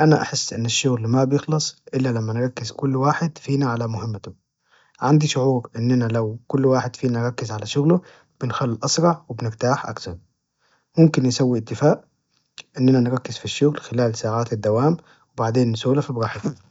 أنا أحس إن الشغل ما بيخلص إلا لما نركز كل واحد فينا على مهمته، عندي شعور إننا لو كل واحد فينا ركز على شغله بنخلص أسرع وبنرتاح أكثر، ممكن نسوي اتفاق؟ إننا نركز في الشغل خلال ساعات الدوام، وبعدين نسولف براحتنا.